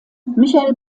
michael